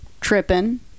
tripping